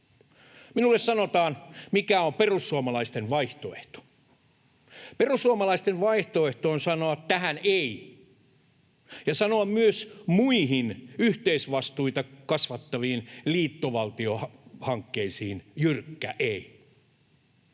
Minulle sanotaan: ”Mikä on perussuomalaisten vaihtoehto?” Perussuomalaisten vaihtoehto on sanoa tähän ”ei” ja sanoa myös muihin yhteisvastuita kasvattaviin liittovaltiohankkeisiin jyrkkä ”ei”.